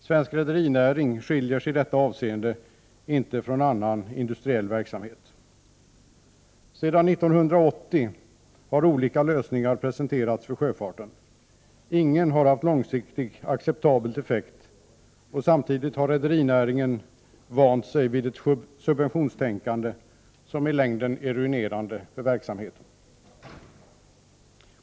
Svensk rederinäring skiljer sig i detta avseende inte från annan industriell verksamhet. Sedan 1980 har olika lösningar presenterats för sjöfarten, men ingen har haft en långsiktigt acceptabel effekt, samtidigt som rederinäringen har vant sig vid det subventionstänkande som i längden är ruinerande för verksamheten.